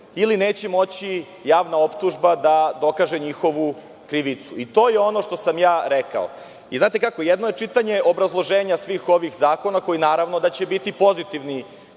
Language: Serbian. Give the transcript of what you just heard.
ili neće moći javna optužba da dokaže njihovu krivicu i to je ono što sam ja rekao. Znate kako, jedno je čitanje obrazloženja svih ovih zakona, koji naravno da će biti pozitivni,